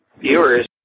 viewers